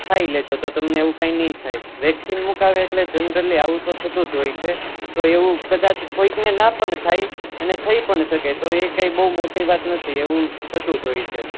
ખાઈ લેજો તો તમને એવું કાંઈ નહીં થાય વેક્સીન મુકાવે એટલે આવું જનરલી આવું તો થતું જ હોય છે તો એવું કદાચ કોઈકને ના પણ થાય અને થઈ પણ શકે તો એ કાંઈ બહુ મોટી વાત નથી એવું થતું જ હોય છે